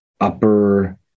Upper